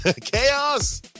Chaos